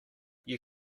you